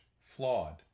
flawed